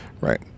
right